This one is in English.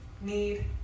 need